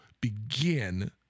begin